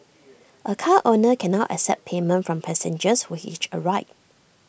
A car owner can now accept payment from passengers who hitch A ride